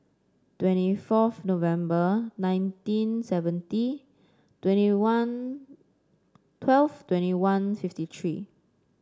twenty fourth November nineteen seventy twenty one twelve twenty one fifty three